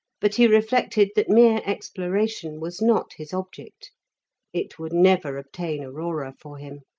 but he reflected that mere exploration was not his object it would never obtain aurora for him.